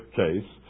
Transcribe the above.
case